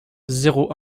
zéro